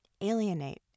alienate